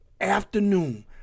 afternoon